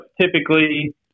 typically